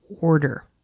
order